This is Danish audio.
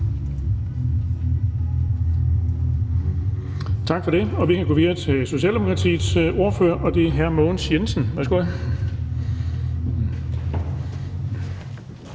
Tak til ministeren. Vi går videre til Socialdemokratiets ordfører, og det er hr. Mogens Jensen. Værsgo.